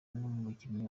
n’umukinnyi